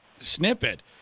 snippet